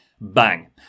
Bang